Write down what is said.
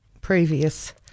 previous